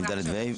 ד' ו-ה',